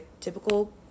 typical